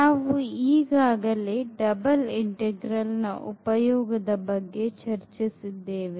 ನಾವು ಈಗಾಗಲೇ double integral ನ ಉಪಯೋಗದ ಬಗ್ಗೆ ಚರ್ಚಿಸಿದ್ದೇವೆ